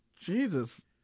Jesus